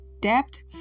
debt